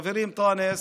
חברי אנטאנס,